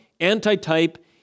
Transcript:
antitype